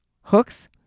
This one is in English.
hooks